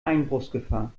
einbruchsgefahr